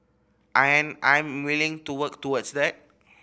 and I am willing to work towards that